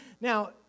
Now